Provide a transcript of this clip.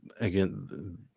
again